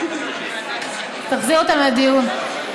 תחזיר אותם לדיון.